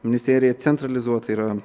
ministerija centralizuotai yra